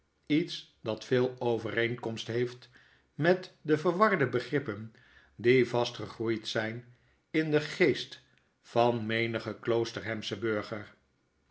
iets dat veel overeenkomst heeft met de verwarde begrippen die vast gegroeid zp in den geest van menigen kloosterhamschen burger